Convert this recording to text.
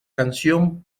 canción